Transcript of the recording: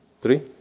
Three